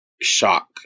shock